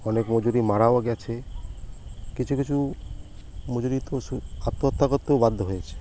অনেক মজুর মারাও গিয়েছে কিছু কিছু মজুর তো আত্মহত্যা করতেও বাধ্য হয়েছে